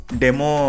demo